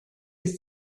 ist